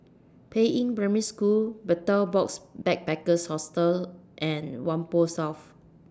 Peiying Primary School Betel Box Backpackers Hostel and Whampoa South